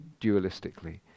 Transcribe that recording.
dualistically